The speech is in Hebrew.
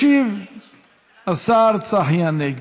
ישיב השר צחי הנגבי.